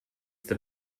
that